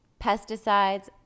pesticides